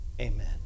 amen